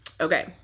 okay